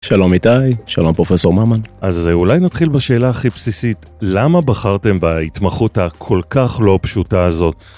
שלום איתי. שלום פרופסור ממן. אז אולי נתחיל בשאלה הכי בסיסית, למה בחרתם בהתמחות הכל כך לא פשוטה הזאת?